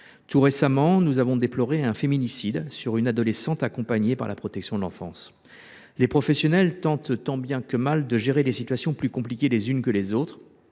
Très récemment, nous avons déploré un féminicide sur une adolescente accompagnée par la protection de l’enfance. Les professionnels tentent tant bien que mal de gérer des situations plus compliquées les unes que les autres,